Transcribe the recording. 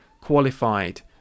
qualified